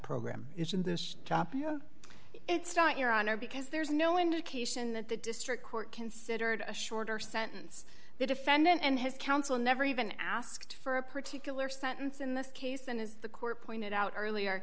program it's in this topic it's not your honor because there's no indication that the district court considered a shorter sentence the defendant and his counsel never even asked for a particular sentence in this case and as the court pointed out earlier